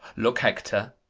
look, hector,